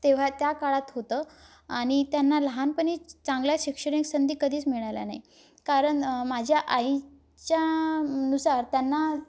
तेव्हा त्या काळात होतं आणि त्यांना लहानपणी चांगल्या शैक्षणिक संधी कधीच मिळाल्या नाही कारण माझ्या आईच्यानुसार त्यांना